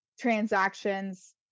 transactions